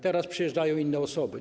Teraz przyjeżdżają inne osoby.